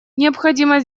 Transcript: необходимо